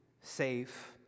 safe